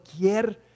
cualquier